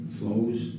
flows